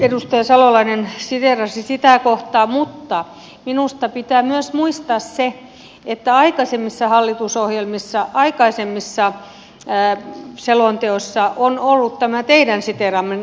edustaja salolainen siteerasi sitä kohtaa mutta minusta pitää myös muistaa se että aikaisemmissa hallitusohjelmissa aikaisemmissa selonteoissa on ollut tämä teidän siteeraamanne kohta